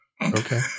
Okay